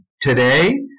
today